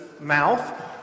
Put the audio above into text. mouth